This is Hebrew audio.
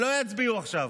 שלא יצביעו עכשיו,